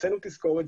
הוצאנו תזכורת,